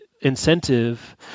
incentive